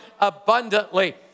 abundantly